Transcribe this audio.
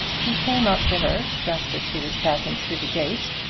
he came up to her just as she was passing through the gate,